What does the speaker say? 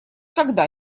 когда